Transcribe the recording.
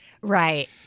Right